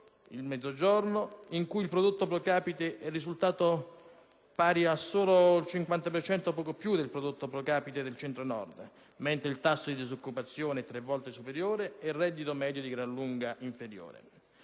il Mezzogiorno, in cui il prodotto *pro capite* è risultato solo poco superiore al 50 per cento del prodotto *pro capite* del Centro-Nord mentre il tasso di disoccupazione è tre volte superiore ed il reddito medio è di gran lunga inferiore.